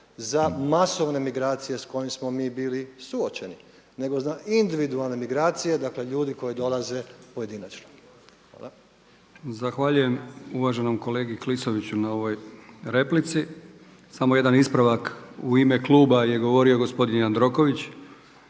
za masovne migracije s kojim smo mi bili suočeni, nego za individualne migracije dakle ljudi koji dolaze pojedinačno? Hvala. **Brkić, Milijan (HDZ)** Zahvaljujem uvaženom kolegi Klisoviću na ovoj replici. Samo jedan ispravak, u ime kluba je govorio gospodin Jandroković.